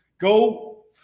Go